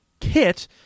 Kit